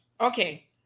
okay